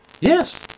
Yes